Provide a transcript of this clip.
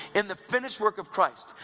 in the finished work of christ,